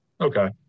okay